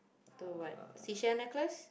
to what sea shell necklace